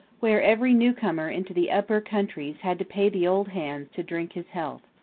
where every new-comer into the upper countries had to pay the old hands to drink his health.